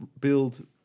build